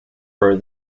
for